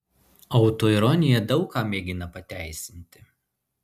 autoironija daug ką mėgina pateisinti